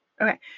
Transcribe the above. okay